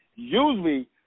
usually